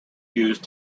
used